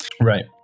Right